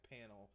panel